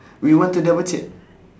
we want to double check